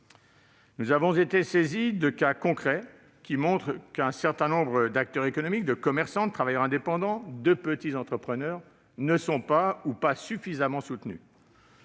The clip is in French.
Nous avons été saisis de cas concrets qui montrent qu'un certain nombre d'acteurs économiques, commerçants, travailleurs indépendants et petits entrepreneurs, ne sont pas soutenus ou ne le sont pas